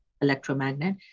electromagnet